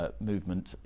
movement